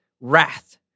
wrath